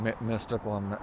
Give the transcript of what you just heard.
mystical